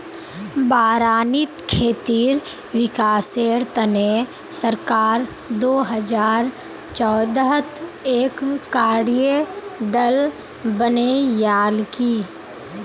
बारानीत खेतीर विकासेर तने सरकार दो हजार चौदहत एक कार्य दल बनैय्यालकी